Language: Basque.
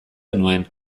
genuen